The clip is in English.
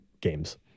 games